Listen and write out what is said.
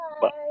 Bye